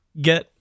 get